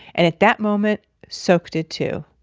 and at that moment sok did too.